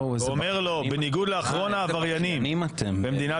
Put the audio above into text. אל תנהל את הוועדה, בבקשה.